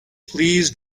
please